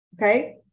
Okay